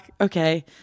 okay